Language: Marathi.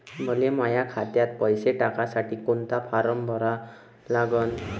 मले माह्या खात्यात पैसे टाकासाठी कोंता फारम भरा लागन?